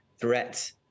threats